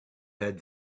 had